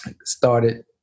started